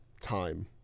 time